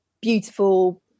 beautiful